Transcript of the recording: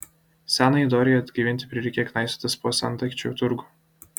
senajai dorei atgaivinti prireikė knaisiotis po sendaikčių turgų